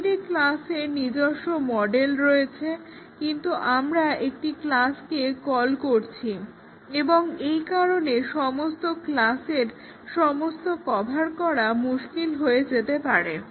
প্রতিটি ক্লাসের নিজস্ব মডেল রয়েছে কিন্তু আমরা একটি ক্লাসকে কল করছি এবং এইকারনে সমস্ত ক্লাসের সমস্ত কভার করা মুশকিল হয়ে যেতে পারে